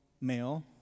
male